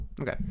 okay